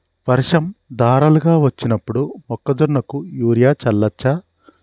వర్షం ధారలుగా వచ్చినప్పుడు మొక్కజొన్న కు యూరియా చల్లచ్చా?